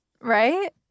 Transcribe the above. right